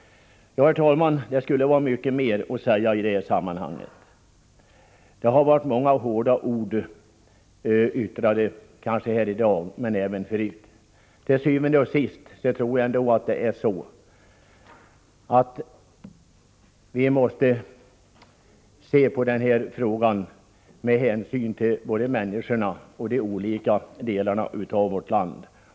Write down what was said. Herr talman! Jag har mycket mer som jag skulle vilja säga i det här sammanhanget. Det har kanske yttrats många hårda ord här i dag, men även förut. Til syvende og sidst tror jag ändå att vi måste se på den här frågan med hänsyn till både människorna och de olika delarna av vårt land.